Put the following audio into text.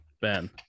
Ben